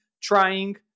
trying